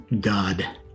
god